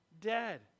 dead